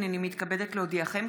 הינני מתכבדת להודיעכם,